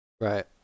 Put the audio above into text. Right